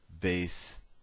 base